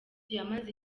yamaze